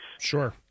Sure